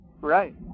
Right